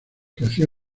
creció